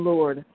Lord